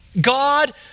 God